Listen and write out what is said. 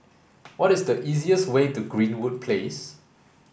what is the easiest way to Greenwood Place